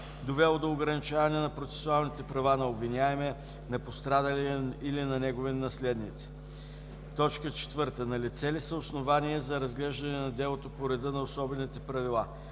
довело до ограничаване на процесуалните права на обвиняемия, на пострадалия или на неговите наследници; 4. налице ли са основания за разглеждане на делото по реда на особените правила;